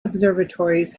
observatories